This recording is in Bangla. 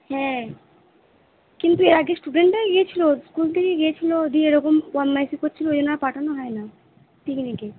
হ্যাঁ কিন্তু এর আগে স্টুডেন্টরাই গিয়েছিল স্কুল থেকেই গিয়েছিল দিয়ে এরকম বদমাইশি করছিল ওই জন্য আর পাঠানো হয় না পিকনিকে